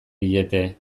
diete